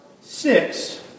six